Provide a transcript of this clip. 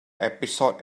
episode